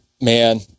Man